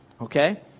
Okay